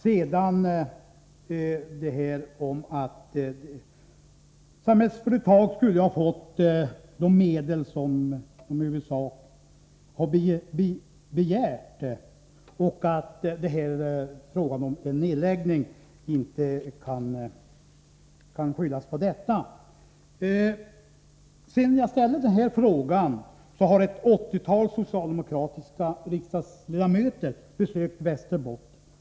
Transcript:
Sedan sade hon att Samhällsföretag i huvudsak har fått de medel som man har begärt och att frågan om en nedläggning inte har att göra med detta. Sedan jag ställde den här frågan har ett åttiotal socialdemokratiska riksdagsledamöter besökt Västerbotten.